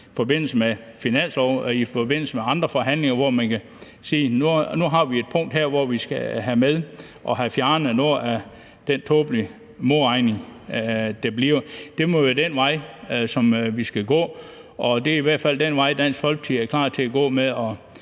i forbindelse med andre forhandlinger, hvor man kan sige, at man nu har et punkt her, som man skal have med i forhold til at få fjernet noget af den tåbelige modregning, der kommer. Det må være den vej, som vi skal gå. Det er i hvert fald den vej, Dansk Folkeparti er klar til at gå i